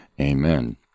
Amen